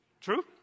True